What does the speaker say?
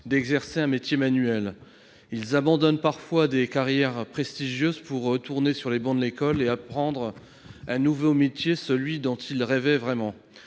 d'exercer un métier manuel. Ils abandonnent parfois des carrières prestigieuses pour retourner sur les bancs de l'école et apprendre un nouveau métier, celui dont ils rêvaient vraiment.